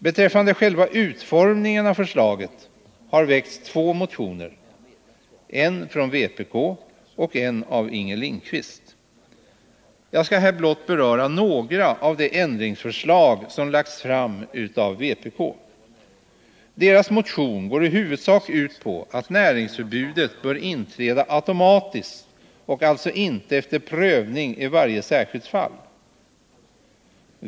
Beträffande själva utformningen av förslaget har väckts två motioner, en från vpk och en av Inger Lindquist. Jag skall här blott beröra några av de ändringsförslag som lagts fram av vpk. Vpk:s motion går i huvudsak ut på att näringsförbudet bör inträda automatiskt och alltså inte efter prövning i varje särskilt fall.